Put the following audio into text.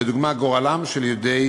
לדוגמה, גורלם של יהודי